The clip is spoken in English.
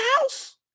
house